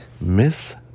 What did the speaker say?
Miss